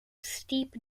steep